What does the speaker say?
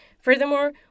Furthermore